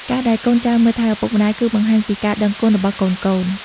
ការដែលកូនចៅមើលថែឪពុកម្តាយ គឺបង្ហាញពីការដឹងគុណរបស់កូនៗ។